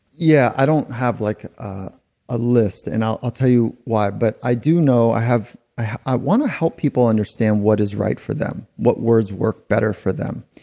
yeah. i don't have like a list. and i'll tell you why. but i do know, i have, i wanna help people understand what is right for them. what words work better for them.